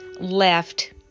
left